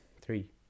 Three